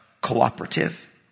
cooperative